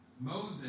Moses